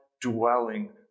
dwelling